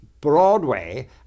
Broadway